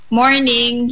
morning